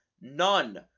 none